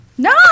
No